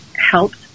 helped